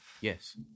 Yes